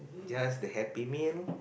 just the happy meal